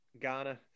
Ghana